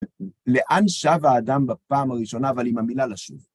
לאן שב האדם בפעם הראשונה, אבל עם המילה לשוב.